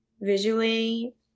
visually